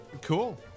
Cool